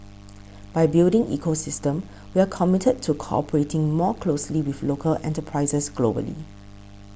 by building ecosystem we are committed to cooperating more closely with local enterprises globally